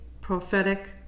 prophetic